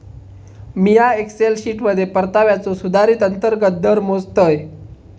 मिया एक्सेल शीटमध्ये परताव्याचो सुधारित अंतर्गत दर मोजतय